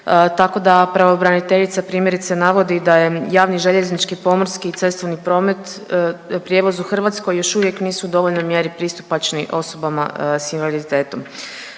tako da pravobraniteljica primjerice navodi da je javni željeznički, pomorski i cestovni promet, prijevoz u Hrvatskoj još uvijek nisu u dovoljnoj mjeri pristupačni osobama s invaliditetom.